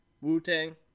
Wu-Tang